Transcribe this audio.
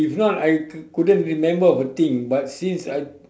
if not I couldn't remember of a thing but since I